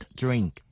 drink